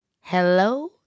Hello